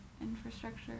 infrastructure